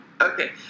okay